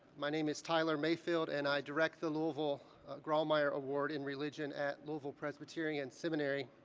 my name is tyler mayfield, and i direct the louisville grawemeyer award in religion at louisville presbyterian seminary.